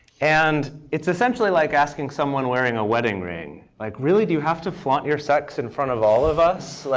and it's essentially like asking someone wearing a wedding ring, like really, do you have to flaunt your sex in front of all of us?